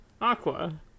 Aqua